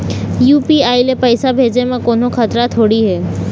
UPI ले पैसे भेजे म कोन्हो खतरा थोड़ी हे?